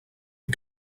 are